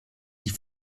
die